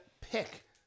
pick